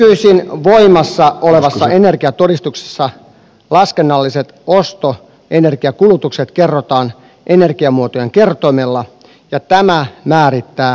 nykyisin voimassa olevassa energiatodistuksessa laskennalliset ostoenergiakulutukset kerrotaan energiamuotojen kertoimella ja tämä määrittää energiatehokkuusluokan